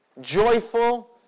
joyful